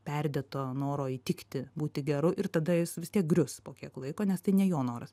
perdėto noro įtikti būti geru ir tada jis vis tiek grius po kiek laiko nes tai ne jo noras